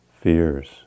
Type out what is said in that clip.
fears